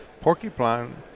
porcupine